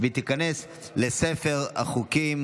אני קובע שהצעת חוק מיסוי מקרקעין (שבח ורכישה) (תיקון מס' 103),